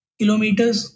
kilometers